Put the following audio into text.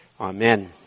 Amen